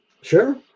Sure